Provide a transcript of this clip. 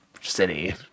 city